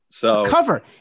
Cover